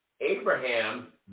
Abraham